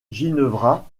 ginevra